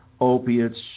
Opiates